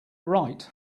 right